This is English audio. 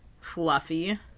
fluffy